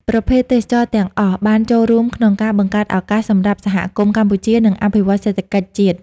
ប្រភេទទេសចរណ៍ទាំងអស់ បានចូលរួមក្នុងការបង្កើតឱកាសសម្រាប់សហគមន៍កម្ពុជា និងអភិវឌ្ឍសេដ្ឋកិច្ចជាតិ។